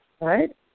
right